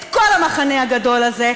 את כל המחנה הגדול הזה,